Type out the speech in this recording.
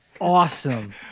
awesome